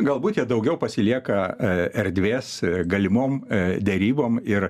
galbūt jie daugiau pasilieka erdvės galimom derybom ir